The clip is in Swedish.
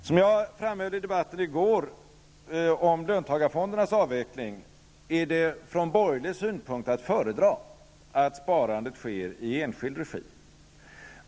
Som jag framhöll i går i debatten om löntagarfondernas avveckling, är det från borgerlig synpunkt att föredra att sparandet sker i enskild regi.